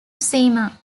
seymour